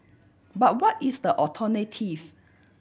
but what is the alternative